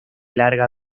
larga